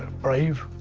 and brave,